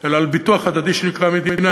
אלא על ביטוח הדדי שנקרא מדינה.